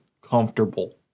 comfortable